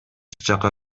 жакка